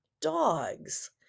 dogs